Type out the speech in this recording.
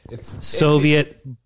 Soviet